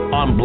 on